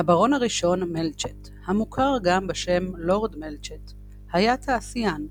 הברון הראשון מלצ'ט המוכר גם בשם לורד מלצ'ט היה תעשיין,